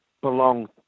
belong